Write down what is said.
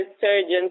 surgeons